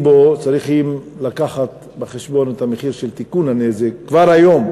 בו צריכים לקחת בחשבון את המחיר של תיקון הנזק כבר היום,